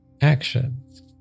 actions